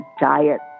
diet